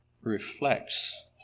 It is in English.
reflects